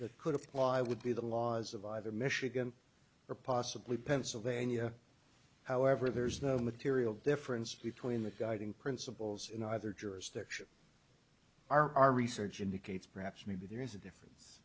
that could apply would be the laws of either michigan or possibly pennsylvania however there is no material difference between the guiding principles in either jurisdiction are our research indicates perhaps maybe there is a difference